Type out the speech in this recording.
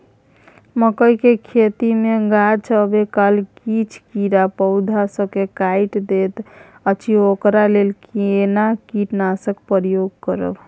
मकई के खेती मे गाछ आबै काल किछ कीरा पौधा स के काइट दैत अछि ओकरा लेल केना कीटनासक प्रयोग करब?